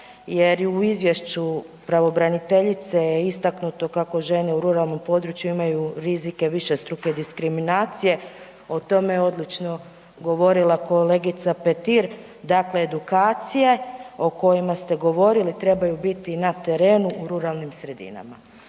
jer i u izvješću pravobraniteljice je istaknuto kako žene u ruralnom području imaju rizike višestruke diskriminacije. O tome je odlično govorila kolegica Petir, dakle edukacije o kojima ste govorili trebaju biti na terenu u ruralnim sredinama.